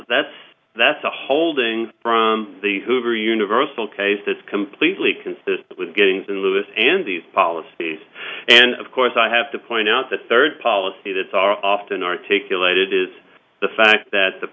that's that's a holding from the hoover universal case that's completely consistent with getting xin lewis and these policies and of course i have to point out the third policy that's often articulated is the fact that the